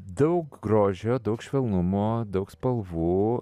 daug grožio daug švelnumo daug spalvų